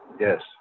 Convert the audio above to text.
Yes